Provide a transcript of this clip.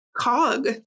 cog